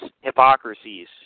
hypocrisies